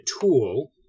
tool